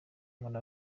muri